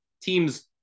teams